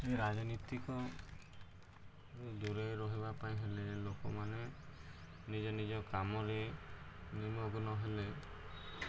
ଏ ରାଜନୀତିକ ଦୂରେ ରହିବା ପାଇଁ ହେଲେ ଲୋକମାନେ ନିଜ ନିଜ କାମରେ ନିମଗ୍ନ ହେଲେ